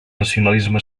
nacionalisme